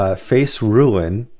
ah face ruin